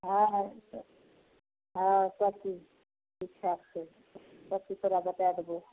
हँ हँ सबचीज ठिकठाक छै सबचीज तोहरा बतै देबौ